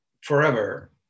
forever